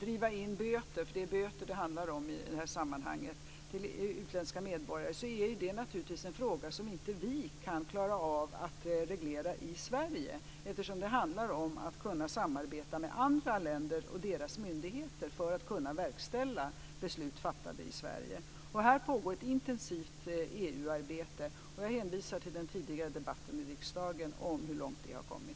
driva in böter - det handlar om böter i detta sammanhang - från utländska medborgare är det naturligtvis en fråga som vi inte kan klara av att reglera i Sverige, eftersom det handlar om att kunna samarbeta med andra länder och deras myndigheter för att kunna verkställa beslut fattade i Sverige. Här pågår ett intensivt EU-arbete. Jag hänvisar till den tidigare debatten i riksdagen om hur långt det har kommit.